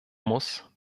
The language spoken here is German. muss